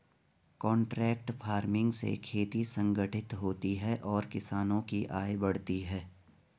contract farming से खेती संगठित होती है और किसानों की आय बढ़ती है